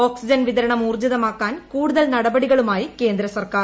oxygen വിതരണം ഊർജ്ജിതമാക്കാൻ കൂടുതൽ നടപടികളുമായി കേന്ദ്ര സർക്കാർ